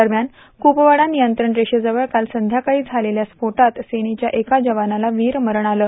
दरम्यान कुपवाडा नियंत्रण रेषेजवळ काल संध्याकाळी झालेल्या स्फोटात सेनेच्या एका जवानाला वीरमरण आलं